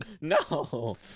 No